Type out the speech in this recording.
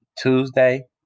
Tuesday